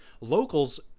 Locals